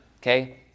Okay